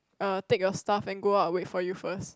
!uh! take your stuff and go out and wait for you first